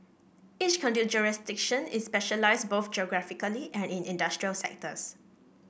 each conduit jurisdiction is specialised both geographically and in industrial sectors